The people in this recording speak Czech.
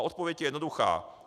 Odpověď je jednoduchá.